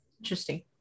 Interesting